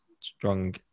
strong